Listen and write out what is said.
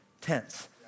tense